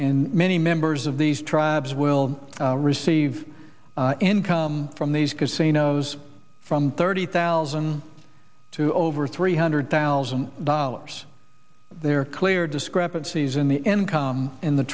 in many members of these tribes will receive income from these casinos from thirty thousand to over three hundred thousand dollars there are clear discrepancies in the end come in the